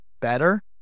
better